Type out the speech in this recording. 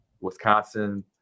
Wisconsin